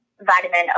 vitamin